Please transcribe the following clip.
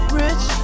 rich